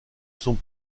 sont